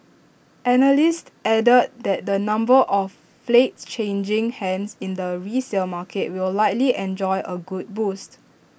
analysts added that the number of flats changing hands in the resale market will likely enjoy A good boost